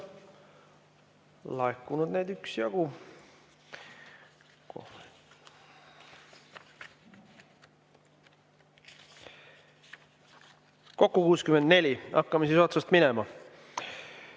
laekunud neid üksjagu, kokku 64. Hakkame siis otsast minema.